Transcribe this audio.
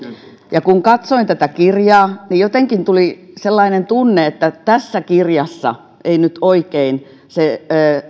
ja kun katsoin tätä kirjaa niin jotenkin tuli sellainen tunne että tässä kirjassa ei nyt oikein se